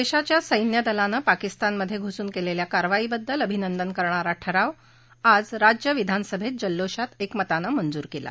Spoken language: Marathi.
देशाच्या सैन्यदलाने पाकिस्तानमध्ये घुसून केलेल्या कारवाईबद्दल अभिनंदन करणारा प्रस्ताव आज राज्य विधानसभेत जल्लोषात एकमताने मंजूर केला